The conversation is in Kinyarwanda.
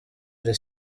iri